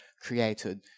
created